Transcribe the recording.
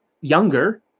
younger